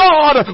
God